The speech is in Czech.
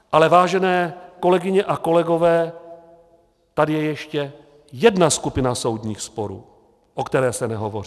Ale vážené kolegyně a kolegové, tady je ještě jedna skupina soudních sporů, o které se nehovoří.